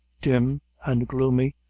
dim and gloomy,